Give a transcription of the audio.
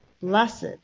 Blessed